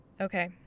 Okay